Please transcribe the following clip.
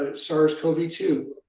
ah sars cov two,